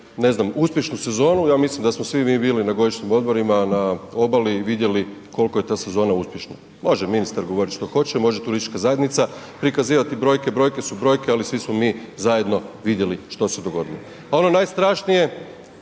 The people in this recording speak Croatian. ne znam uspješnu sezonu, ja mislim da smo svi mi bili na godišnjim odmorima, na obali i vidjeli koliko je ta sezona uspješna, može ministar govoriti što hoće, može turistička zajednica prikazivati brojke, brojke su brojke ali svi smo mi zajedno vidjeli što se dogodilo.